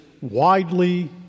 widely